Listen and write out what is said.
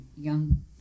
young